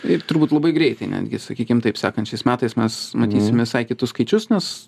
ir turbūt labai greitai netgi sakykim taip sekančiais metais mes matysim visai kitus skaičius nes